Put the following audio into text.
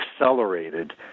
accelerated